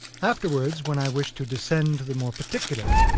afterwards when i wished to descend to the more particular,